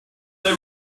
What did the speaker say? they